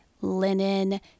linen